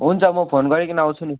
हुन्छ म फोन गरिकन आउँछु नि